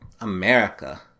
America